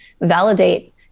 validate